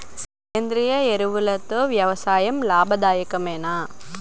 సేంద్రీయ ఎరువులతో వ్యవసాయం లాభదాయకమేనా?